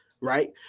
Right